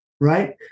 right